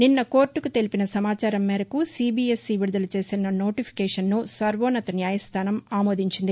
నిన్న కోర్టుకు తెలిపిన సమాచారం మేరకు సీబీఎస్ఈ విడుదల చేసిన నోటీఫికేషన్ను సర్వోన్నత న్యాయస్థానం ఆమోదించింది